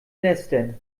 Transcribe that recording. lästern